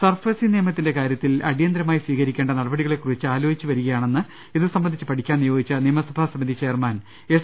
SARFAESI നിയമത്തിന്റെ കാര്യത്തിൽ അടിയന്തരമായി സ്വീക രിക്കേണ്ട നടപടികളെക്കുറിച്ച് ആലോചിച്ചു വരികയാണെന്ന് ഇതു സംബന്ധിച്ച് പഠിക്കാൻ നിയോഗിച്ച നിയമസഭാ സമിതി ചെയർമാൻ എസ്